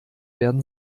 werden